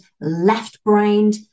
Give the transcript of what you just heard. left-brained